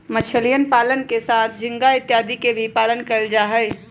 मछलीयन पालन के साथ झींगा इत्यादि के भी पालन कइल जाहई